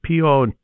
PO